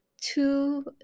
two